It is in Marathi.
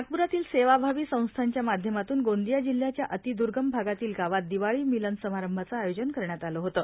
नागप्रातील सेवा भावी संस्थांच्या माध्यमातून गोंदिया जिल्याच्या अतिदर्गम भागातील गावात दिवाळी मिलन समारंभाचे आयोजन करण्यात आलं होतं